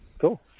Cool